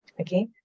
Okay